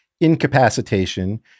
incapacitation